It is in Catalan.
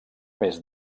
més